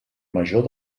major